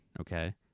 okay